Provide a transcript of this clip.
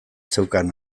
zeukan